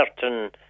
certain